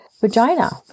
vagina